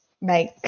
make